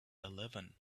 eleven